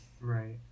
right